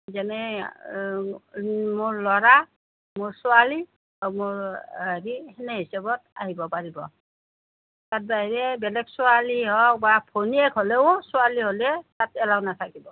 যেনে মোৰ ল'ৰা মোৰ ছোৱালী আৰু মোৰ হেৰি সেনে হিচাবত আহিব পাৰিব তাৰ বাহিৰে বেলেগ ছোৱালী হওক বা ভনীয়েক হ'লেও ছোৱালী হ'লে তাত এলাও নাথাকিব